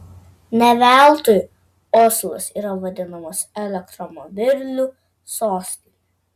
ne veltui oslas yra vadinamas elektromobilių sostine